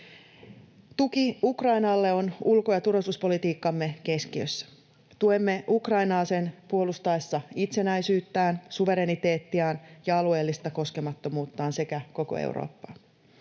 Tuki Ukrainalle on ulko- ja turvallisuuspolitiikkamme keskiössä. Tuemme Ukrainaa sen puolustaessa itsenäisyyttään, suvereniteettiaan ja alueellista koskemattomuuttaan sekä koko Eurooppaa.